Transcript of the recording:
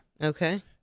Okay